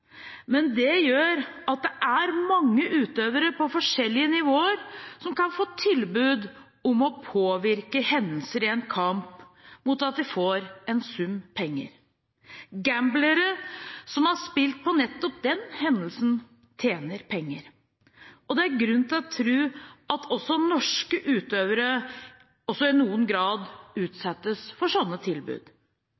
men det gjør at det er mange utøvere på forskjellige nivåer som kan få tilbud om å påvirke hendelser i en kamp mot at de får en sum penger. Gamblere som har spilt på nettopp den hendelsen, tjener penger, og det er grunn til å tro at også norske utøvere i noen grad